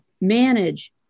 manage